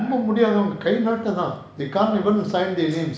ரொம்ப முடியாம கைநாட்டு தான்:romba mudiyama kaainaatu thaan they can't even sign their names